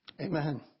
Amen